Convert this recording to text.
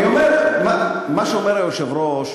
אני אומר, מה שאומר היושב-ראש: